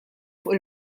fuq